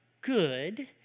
good